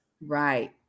Right